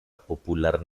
popular